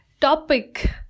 Topic